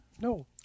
no